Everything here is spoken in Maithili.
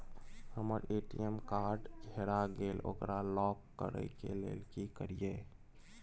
हमर ए.टी.एम कार्ड हेरा गेल ओकरा लॉक करै के लेल की करियै?